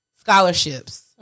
scholarships